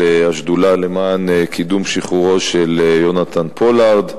השדולה למען קידום שחרורו של יונתן פולארד,